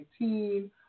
2019